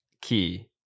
key